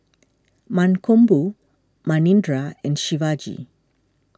Mankombu Manindra and Shivaji